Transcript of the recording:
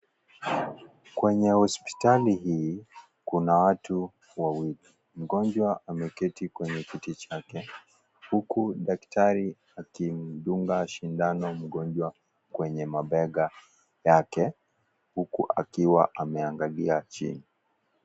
Kwenye hospitali hii, kuna watu wawili. Mgonjwa ameketi kwenye kiti chake, huku daktari akimdunga sindano mgonjwa kwenye mabega yake, huku akiwa ameangalia chini.